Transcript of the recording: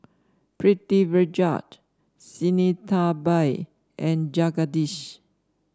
Pritiviraj Sinnathamby and Jagadish